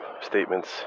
statements